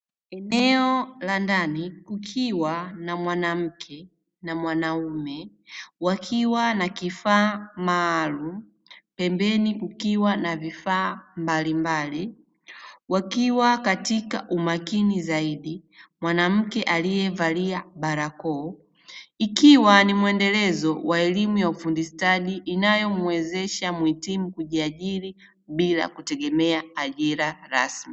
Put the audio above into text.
Eneo la ndani kukiwa na mwanamke na mwanaume wakiwa na kifaa maalumu, pembeni kukiwa na vifaa mbalimbali wakiwa katika umakini zaidi mwanamke aliyevalia barakoa ikiwa ni mwendelezo wa elimu ya ufundi stadi, inayomwezesha mwitimu kujiajiri bila kutegemea ajira rasmi.